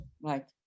Right